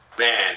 Man